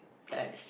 that's true